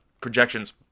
projections